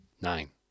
Nine